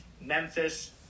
Memphis